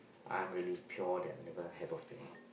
I'm really pure that never have affair